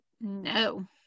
no